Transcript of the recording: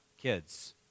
kids